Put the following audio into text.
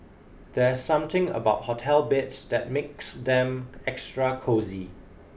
there's something about hotel beds that makes them extra cosy